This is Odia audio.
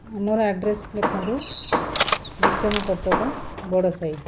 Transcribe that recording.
ଆମର ଆଡ଼୍ରେସ୍ ଲେଖନ୍ତୁ ବିସମ କଟକ ବଡ଼ ସାହି